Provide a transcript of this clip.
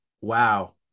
wow